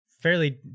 fairly